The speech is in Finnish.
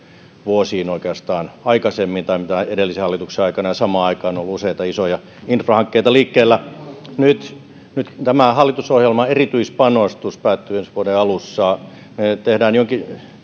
oikeastaan vuosiin aikaisemmin tai kuin edellisen hallituksen aikana käytettiin ja samaan aikaan on useita isoja infrahankkeita liikkeellä nyt nyt tämä hallitusohjelman erityispanostus päättyy ensi vuoden alussa me teemme